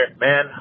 man